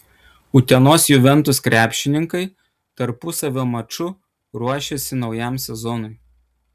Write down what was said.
utenos juventus krepšininkai tarpusavio maču ruošiasi naujam sezonui